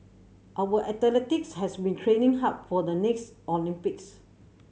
our athletes have been training hard for the next Olympics